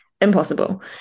impossible